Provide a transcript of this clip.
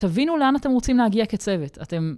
תבינו לאן אתם רוצים להגיע כצוות, אתם...